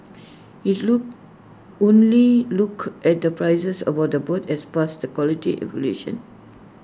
IT look only looked at the prices about the bids had passed the quality evaluation